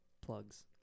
plugs